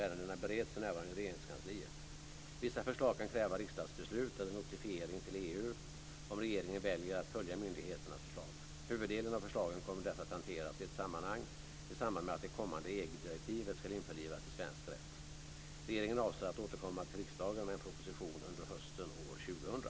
Ärendena bereds för närvarande i Regeringskansliet. Vissa förslag kan kräva riksdagsbeslut eller notifiering till EU, om regeringen väljer att följa myndigheternas förslag. Huvuddelen av förslagen kommer därför att hanteras i ett sammanhang i samband med att det kommande EG-direktivet ska införlivas i svensk rätt. Regeringen avser att återkomma till riksdagen med en proposition under hösten år 2000.